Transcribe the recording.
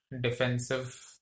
defensive